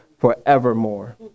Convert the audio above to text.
forevermore